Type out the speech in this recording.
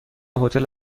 هتل